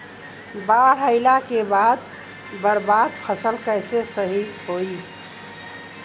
बाढ़ आइला के बाद बर्बाद फसल कैसे सही होयी?